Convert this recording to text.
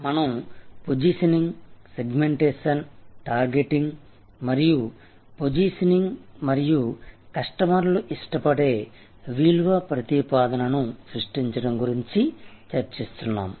మనం positioning segmentation targeting మరియు positioning కస్టమర్లు ఇష్టపడే విలువ ప్రతిపాదనను సృష్టించడం గురించి చర్చిస్తున్నాము